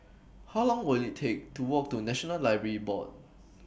How Long Will IT Take to Walk to National Library Board